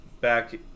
back